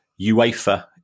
UEFA